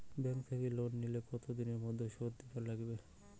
Bank থাকি loan নিলে কতো দিনের মধ্যে শোধ দিবার নাগিবে?